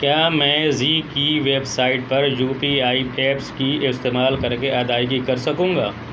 کیا میں زی کی ویب سائٹ پر یو پی آئی ایپس کی استعمال کر کے ادائیگی کر سکوں گا